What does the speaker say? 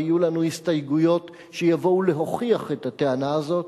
ויהיו לנו הסתייגויות שיבואו להוכיח את הטענה הזאת,